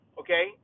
okay